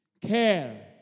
care